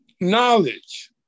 knowledge